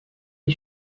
les